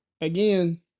again